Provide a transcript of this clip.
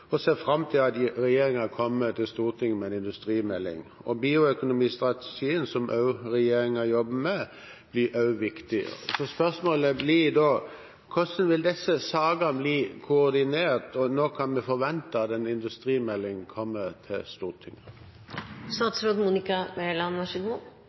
og ser fram til at regjeringen kommer til Stortinget med en industrimelding. Bioøkonomistrategien som regjeringen jobber med, blir også viktig. Spørsmålet blir da: Hvordan vil disse sakene bli koordinert, og når kan vi forvente at industrimeldingen kommer til Stortinget?